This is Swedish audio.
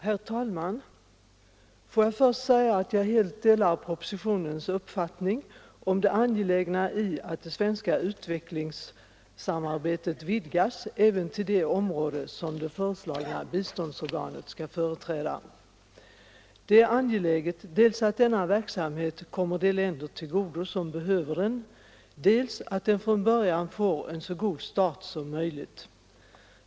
Herr talman! Låt mig först säga att jag helt delar propositionens uppfattning om det angelägna i att det svenska utvecklingssamarbetet vidgas även till det område som det föreslagna biståndsorganet skall företräda. Det är också angeläget dels att denna verksamhet kommer de länder till godo som verkligen behöver den, dels att den från början får en så god start som möjligt.